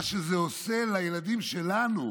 מה שזה עושה לילדים שלנו,